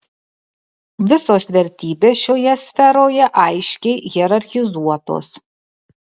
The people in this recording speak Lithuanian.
visos vertybės šioje sferoje aiškiai hierarchizuotos